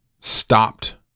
stopped